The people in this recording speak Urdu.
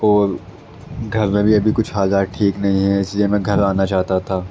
اور گھر میں ابھی کچھ حالات ٹھیک نہیں ہیں اس لیے میں گھر آنا چاہتا تھا